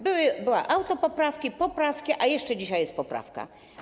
Były autopoprawki, poprawki, a jeszcze dzisiaj jest poprawka.